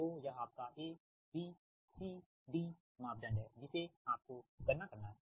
तोयह आपका A B C D मापदंड है जिसे आपको गणना करना है